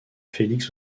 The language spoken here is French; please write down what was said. félix